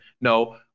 No